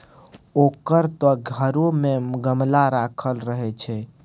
ओकर त घरो मे गमला राखल रहय छै